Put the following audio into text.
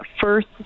first